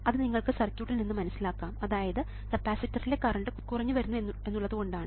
അത് നിങ്ങൾക്ക് സർക്യൂട്ടിൽ നിന്ന് മനസ്സിലാക്കാം അതായത് കപ്പാസിറ്ററിലെ കറണ്ട് കുറഞ്ഞുവരുന്നു എന്നുള്ളതുകൊണ്ടാണ്